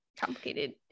complicated